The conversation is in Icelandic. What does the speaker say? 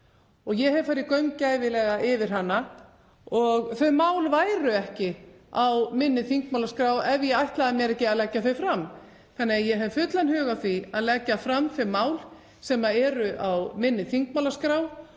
Ég hef farið gaumgæfilega yfir hana og þau mál væru ekki á minni þingmálaskrá ef ég ætlaði mér ekki að leggja þau fram, þannig að ég hef fullan hug á því að leggja fram þau mál sem eru á minni þingmálaskrá